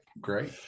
great